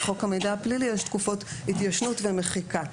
כי בחוק המידע הפלילי יש תקופות התיישנות ומחיקה,